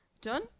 Done